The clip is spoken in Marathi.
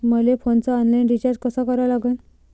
मले फोनचा ऑनलाईन रिचार्ज कसा करा लागन?